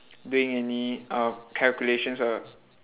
doing any uh calculations or